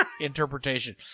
interpretation